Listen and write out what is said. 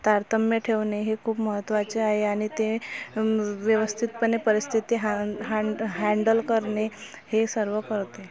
तारतम्य ठेवणे हे खूप महत्वाचे आहे आणि ते व्यवस्थितपणे परिस्थिति हॅं हॅं हॅंडल करणे हे सर्व करते